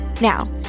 Now